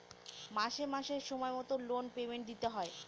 মাসে মাসে সময় মতো লোন পেমেন্ট দিতে হয়